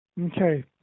Okay